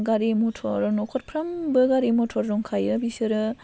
गारि मटर न'खरफ्रामबो गारि मटर दंखायो बिसोरो